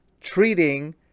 treating